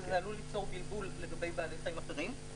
וזה עלול ליצור בלבול לגבי בעלי חיים אחרים.